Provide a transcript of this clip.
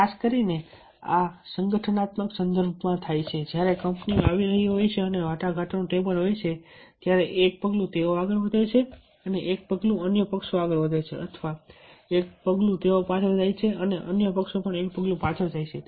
ખાસ કરીને આ સંગઠનાત્મક સંદર્ભમાં થાય છે જ્યારે કંપનીઓ આવી રહી હોય અને વાટાઘાટોનું ટેબલ હોય ત્યારે એક પગલું તેઓ આગળ વધે છે એક પગલું અન્ય પક્ષો આગળ વધે છે અથવા એક પગલું તેઓ પાછળ જાય છે અને અન્ય પક્ષો પણ એક પગલું પાછળ જાય છે